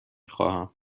خواهم